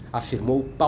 afirmou